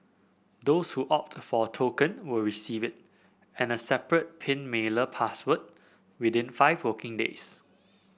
those who opt for a token will receive it and a separate pin mailer password within five working days